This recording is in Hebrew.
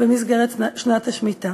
במסגרת שנת השמיטה: